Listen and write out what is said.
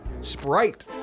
sprite